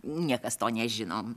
niekas to nežinom